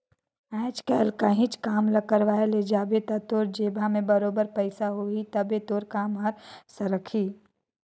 आएज काएल काहींच काम ल करवाए ले जाबे ता तोर जेबहा में बरोबेर पइसा होही तबे तोर काम हर सरकही